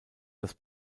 das